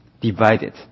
divided